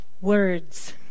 words